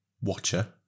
watcher